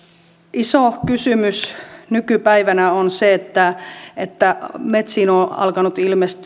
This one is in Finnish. iso kysymys nykypäivänä on se että että metsiin on alkanut ilmestyä karhuille